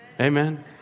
Amen